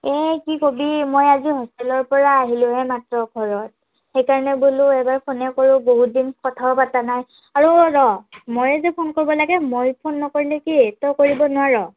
এ কি ক'বি মই আজি হোষ্টেলৰপৰা আহিলোহে মাত্ৰ ঘৰত সেইকাৰণে বোলো এবাৰ ফোনে কৰো বহুতদিন কথাও পতা নাই আৰু ৰ' মইয়ে যে ফোন কৰিব লাগে মই ফোন নকৰিলে কি তই কৰিব নোৱাৰ'